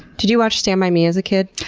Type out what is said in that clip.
did you watch stand by me as a kid?